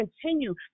continue